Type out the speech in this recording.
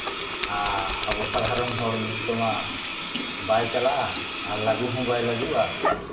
ᱟᱵᱚ ᱥᱟᱫᱷᱟᱨᱚᱱ ᱦᱚᱲ ᱢᱮᱱ ᱛᱮᱢᱟ ᱵᱟᱭ ᱪᱟᱞᱟᱜᱼ ᱟᱨ ᱞᱟᱹᱜᱩ ᱦᱚᱸ ᱵᱟᱭ ᱞᱟᱹᱜᱩᱜᱼᱟ